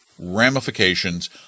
ramifications